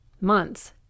months